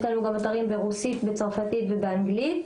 יש לנו גם אתרים ברוסית, בצרפתית ובאנגלית.